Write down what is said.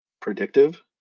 predictive